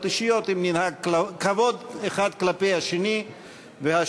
אישיות אם ננהג בכבוד האחד כלפי השני והשנייה,